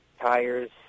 tires